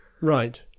Right